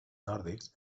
nòrdics